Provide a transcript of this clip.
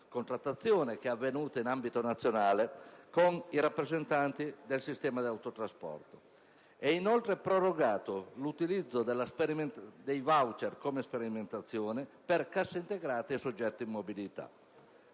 contrattazione avvenuta a livello nazionale con i rappresentanti del sistema dell'autotrasporto. È inoltre prorogato l'utilizzo dei *voucher* come sperimentazione per cassaintegrati e soggetti in mobilità.